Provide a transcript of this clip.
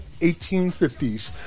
1850s